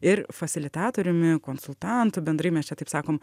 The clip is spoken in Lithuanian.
ir fasilitatoriumi konsultantu bendrai mes čia taip sakom